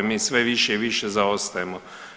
Mi sve više i više zaostajemo.